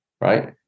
right